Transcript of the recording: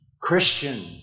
Christian